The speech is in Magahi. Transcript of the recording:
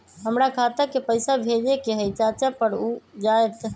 हमरा खाता के पईसा भेजेए के हई चाचा पर ऊ जाएत?